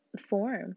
form